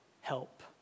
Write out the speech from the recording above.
help